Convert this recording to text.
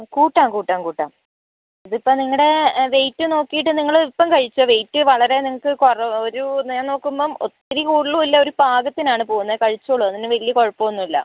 കൂട്ടാം കൂട്ടാം കൂട്ടാം ഇത് ഇപ്പം നിങ്ങടെ വെയ്റ്റ് നോക്കീട്ട് നിങ്ങൾ ഇപ്പം കഴിച്ചോ വെയ്റ്റ് വളരെ നിങ്ങക്ക് കുറവ് ഒരു ഇങ്ങനെ നോക്കുമ്പം ഒത്തിരി കൂടുതലും ഇല്ല ഒര് പാകത്തിന് ആണ് പോകുന്നത് കഴിച്ചോളൂ അതിന് വലിയ കുഴപ്പം ഒന്നും ഇല്ല